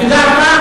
את יודעת מה?